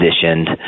positioned